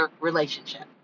relationship